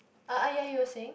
ah ah ya you were saying